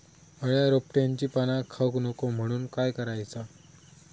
अळ्या रोपट्यांची पाना खाऊक नको म्हणून काय करायचा?